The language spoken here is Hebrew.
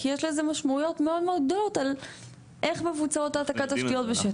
כי יש לזה משמעויות מאוד מאוד גדולות על איך מבוצעות העתקת תשתיות בשטח.